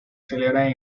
celebran